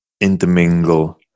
intermingle